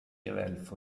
evelfo